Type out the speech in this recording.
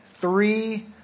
Three